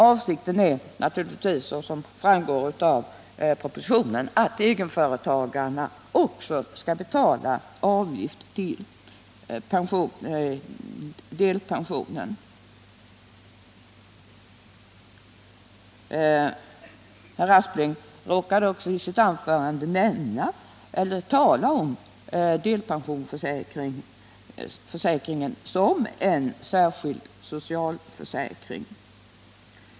Avsikten är naturligtvis, vilket också framgår av propositionen, att egenföretagarna skall betala avgifter till delpensionsförsäkringen. Herr Aspling råkade också i sitt anförande tala om delpensionsförsäkringen som en särskild socialförsäkring.